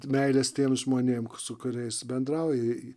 meilės tiems žmonėms su kuriais bendrauji